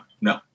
no